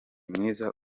mwiza